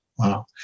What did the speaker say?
Wow